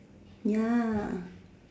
ya